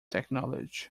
technology